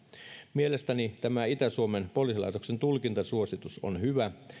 mielestäni tämä itä suomen poliisilaitoksen tulkintasuositus on hyvä